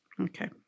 Okay